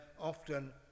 often